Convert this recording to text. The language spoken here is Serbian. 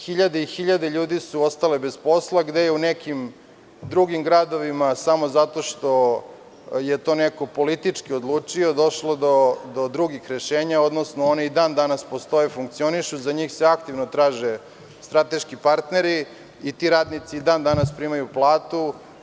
Hiljade i hiljade ljudi su ostali bez posla, gde je u nekim drugim gradovima, samo zato što je to neko politički odlučio, došlo do drugih rešenja, odnosno one i dan danas postoje, funkcionišu, za njih se aktivno traže strateški partneri i ti radnici primaju platu.